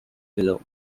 below